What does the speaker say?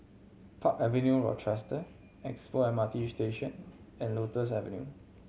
Park Avenue Rochester Expo M R T Station and Lotus Avenue